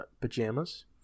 pajamas